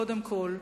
קודם כול,